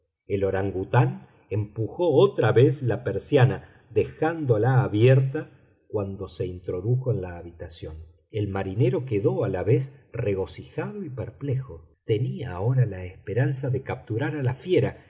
el orangután empujó otra vez la persiana dejándola abierta cuando se introdujo en la habitación el marinero quedó a la vez regocijado y perplejo tenía ahora la esperanza de capturar a la fiera